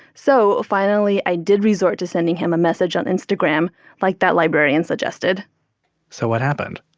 so finally, i did resort to sending him a message on instagram like that librarian suggested so what happened?